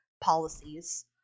policies